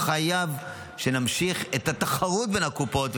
חייבים להמשיך את התחרות בין הקופות,